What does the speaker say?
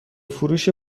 فروش